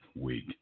week